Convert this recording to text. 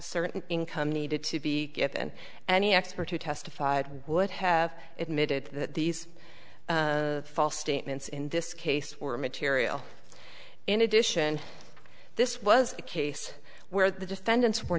certain income needed to be given any expert who testified would have admitted that these false statements in this case were material in addition this was a case where the defendants were